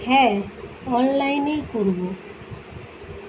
হ্যাঁ অনলাইনেই করবো